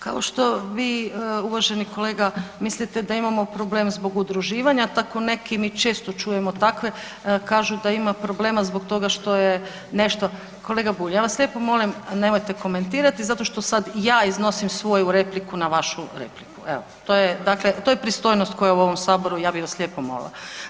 Kao što vi uvaženi kolega, mislite da imamo problem zbog udruživanja, tako neki mi često čujemo takve, kažu da ima problema zbog toga što je nešto, kolega Bulj, ja vas lijepo molim, nemojte komentirati zato što sad ja iznosim svoju repliku na vašu repliku, evo dakle to je pristojnost koja je u ovom Saboru, ja bi vas lijepo molila.